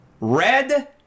Red